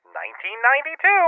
1992